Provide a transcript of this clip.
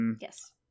yes